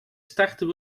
starten